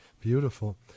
Beautiful